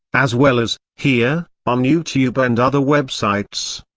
as well as, here, on youtube and other websites.